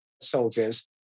soldiers